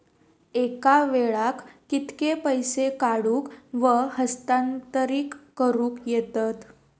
एका वेळाक कित्के पैसे काढूक व हस्तांतरित करूक येतत?